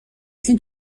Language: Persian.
این